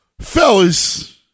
Fellas